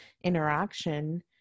interaction